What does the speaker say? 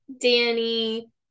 Danny